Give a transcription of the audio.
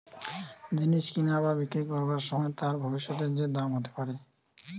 জিনিস কিনা বা বিক্রি করবার সময় তার ভবিষ্যতে যে দাম হতে পারে